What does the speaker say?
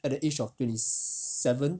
at the age of twenty seven